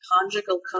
conjugal